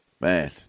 man